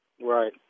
Right